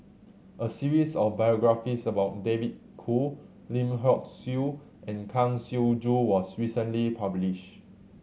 a series of biographies about David Kwo Lim Hock Siew and Kang Siong Joo was recently publish